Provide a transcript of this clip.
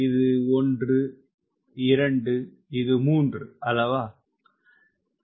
இது ஒன்று இது இரண்டு இது மூன்று அல்லவா